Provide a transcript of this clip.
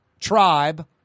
tribe